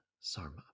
Sarma